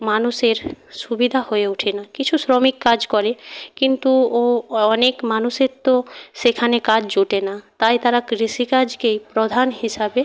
মানুষের সুবিধা হয়ে ওঠে না কিছু শ্রমিক কাজ করে কিন্তু ও অনেক মানুষের তো সেখানে কাজ জোটে না তাই তারা কৃষিকাজকেই প্রধান হিসাবে